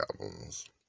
albums